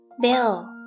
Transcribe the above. bill